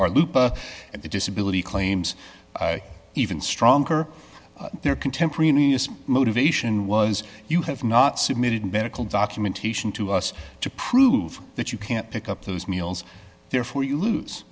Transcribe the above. our loop and the disability claims even stronger their contemporaneous motivation was you have not submitted medical documentation to us to prove that you can't pick up those meals therefore you lose